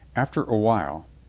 after a while,